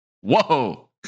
whoa